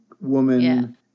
woman